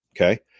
Okay